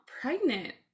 pregnant